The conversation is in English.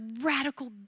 radical